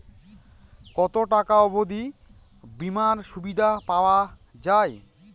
কত টাকা অবধি বিমার সুবিধা পাওয়া য়ায়?